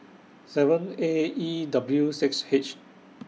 seven A E W six H